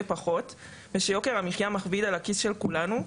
פחות ושיוקר המחייה מכביד על הכיס של כולנו,